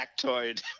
factoid